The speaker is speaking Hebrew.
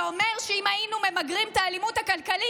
זה אומר שאם היינו ממגרים את האלימות הכלכלית,